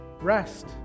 rest